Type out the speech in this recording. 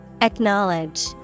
Acknowledge